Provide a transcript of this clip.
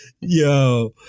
Yo